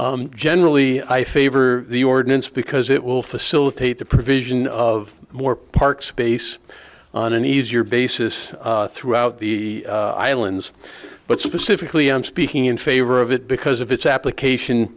agenda generally i favor the ordinance because it will facilitate the provision of more park space on an easier basis throughout the islands but specifically i'm speaking in favor of it because of its application